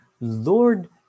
Lord